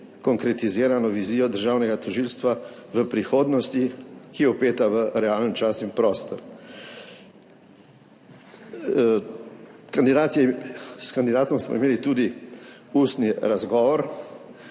konkretizirano vizijo državnega tožilstva v prihodnosti, ki je vpeta v realen čas in prostor. S kandidatom smo imeli tudi ustni razgovor.